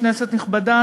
כנסת נכבדה,